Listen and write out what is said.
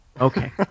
Okay